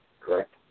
correct